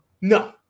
No